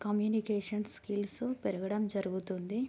communication skills పెరగడం జరుగుతుంది